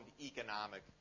economic